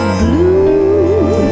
blue